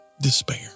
despair